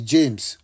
James